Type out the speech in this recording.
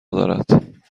دارد